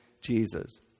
Jesus